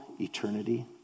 eternity